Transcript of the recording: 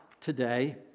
today